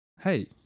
hey